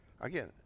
Again